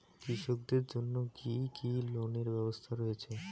কৃষকদের জন্য কি কি লোনের ব্যবস্থা রয়েছে?